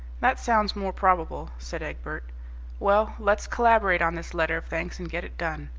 that sounds more probable, said egbert well, let's collaborate on this letter of thanks and get it done.